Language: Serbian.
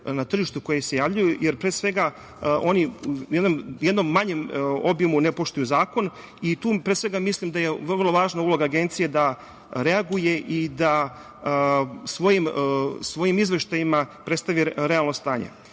na tržištu koji se javljaju, jer, pre svega, oni u jednom manjem obimu ne poštuju zakon. Tu mislim da je vrlo važna uloga Agencije da reaguje i da svojim izveštajima predstavi realno stanje. Navešću